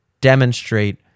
demonstrate